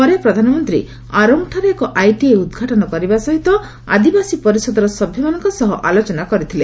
ପରେ ପ୍ରଧାନମନ୍ତ୍ରୀ ଆରୋଙ୍ଗଠାରେ ଏକ ଆଇଟିଆଇ ଉଦ୍ଘାଟନ କରିବା ସହିତ ଆଦିବାସୀ ପରିଷଦର ସଭ୍ୟମାନଙ୍କ ସହ ଆଲୋଚନା କରିଥିଲେ